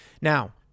Now